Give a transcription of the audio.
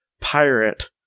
pirate